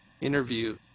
interview